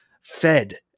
fed